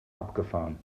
abgefahren